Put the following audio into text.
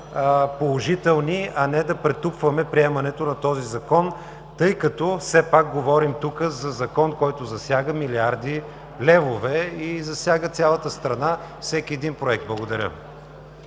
положителни, а не да претупваме приемането на този Закон, тъй като все пак говорим за Закон, който засяга милиарди левове и засяга цялата страна, всеки един проект. Благодаря.